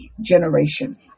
generation